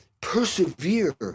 persevere